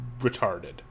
retarded